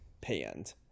panned